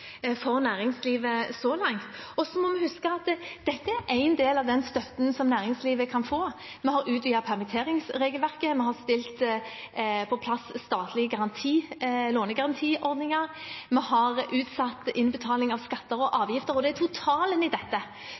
for næringslivet så langt. Vi må huske at dette er én del av den støtten næringslivet kan få. Vi har utvidet permitteringsregelverket, vi har stilt opp med statlige lånegarantiordninger, vi har utsatt innbetaling av skatter og avgifter. Det er totalen i dette